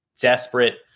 desperate